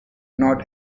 not